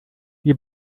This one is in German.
wir